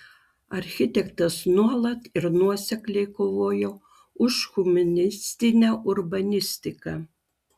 architektas nuolat ir nuosekliai kovojo už humanistinę urbanistiką